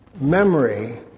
memory